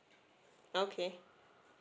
okay